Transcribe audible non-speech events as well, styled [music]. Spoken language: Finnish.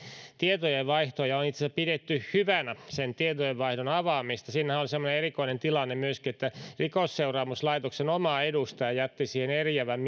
tietojenvaihtoon ja on itse asiassa pidetty hyvänä sen tietojenvaihdon avaamista siinä oli semmoinen erikoinen tilanne myöskin että rikosseuraamuslaitoksen oma edustaja jätti siihen eriävän [unintelligible]